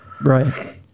Right